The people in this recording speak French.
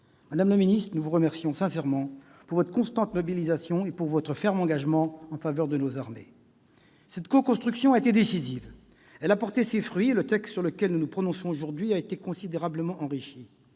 Madame la ministre, nous vous remercions sincèrement pour votre constante mobilisation et pour votre ferme engagement en faveur de nos armées. Cette coconstruction a été décisive. Elle a porté ses fruits, et le texte sur lequel nous nous prononçons aujourd'hui a été considérablement enrichi.